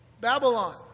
Babylon